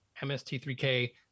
MST3K